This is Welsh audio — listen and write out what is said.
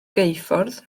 geuffordd